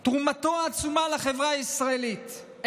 ואת תרומתו העצומה לחברה הישראלית,